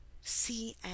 C